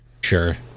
Sure